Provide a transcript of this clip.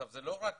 זאת לא רק